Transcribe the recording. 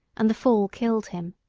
and the fall killed him.